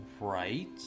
right